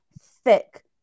thick